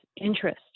interest